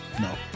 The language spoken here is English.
No